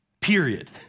period